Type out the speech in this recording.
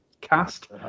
Cast